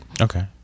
Okay